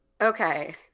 Okay